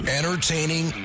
Entertaining